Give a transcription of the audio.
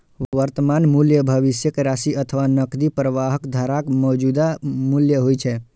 वर्तमान मूल्य भविष्यक राशि अथवा नकदी प्रवाहक धाराक मौजूदा मूल्य होइ छै